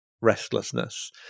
restlessness